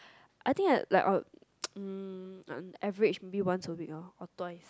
I think I like um mm average only once a week loh or twice